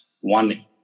one